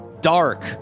dark